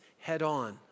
head-on